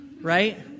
right